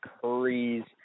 Curry's